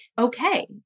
Okay